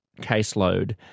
caseload